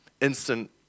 instant